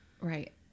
right